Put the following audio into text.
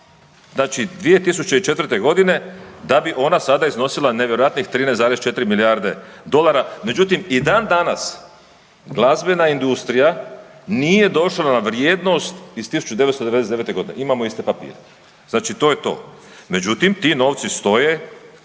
Znači 2004. g. da bi onda sada iznosila nevjerojatnih 13,4 milijarde dolara, međutim, i dan-danas glazbena industrija nije došla na vrijednost iz 1999. g., imamo .../Govornik se ne razumije./... Znači to je to. Međutim, ti novci stoje,